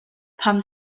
pan